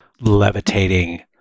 levitating